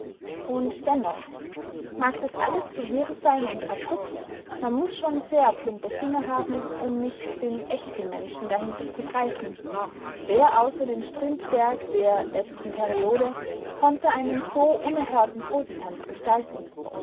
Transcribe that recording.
und dennoch mag das alles so wirr sein und abrupt man muß schon sehr plumpe finger haben um nicht den echten menschen dahinter zu greifen wer außer dem strindberg der letzten periode konnte einen so unerhörten totentanz gestalten